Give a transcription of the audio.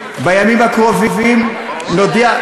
בימים הקרובים נודיע,